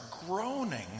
groaning